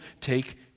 take